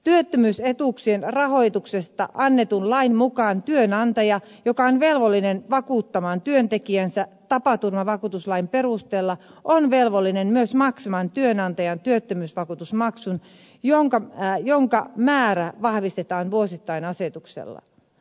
työttömyysetuuksien rahoituksesta annetun lain mukaan työnantaja joka on velvollinen vakuuttamaan työntekijänsä tapaturmavakuutuslain perusteella on velvollinen myös maksamaan työnantajan työttömyysvakuutusmaksun jonka määrä vahvistetaan vuosittain asetuksella